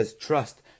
trust